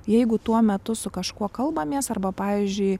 jeigu tuo metu su kažkuo kalbamės arba pavyzdžiui